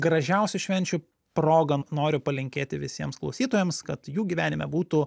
gražiausių švenčių proga noriu palinkėti visiems klausytojams kad jų gyvenime būtų